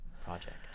project